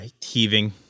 heaving